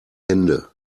hände